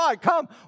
come